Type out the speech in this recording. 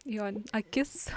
jo akis